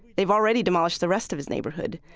they've already demolished the rest of his neighborhood,